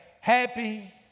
happy